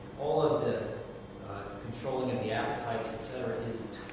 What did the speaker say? all of the controlling of the appetites, et cetera, is